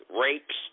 rapes